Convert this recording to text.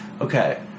Okay